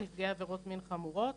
ונפגעי עבירות מין חמורות.